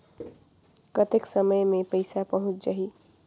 कतेक समय मे पइसा पहुंच जाही?